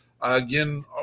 Again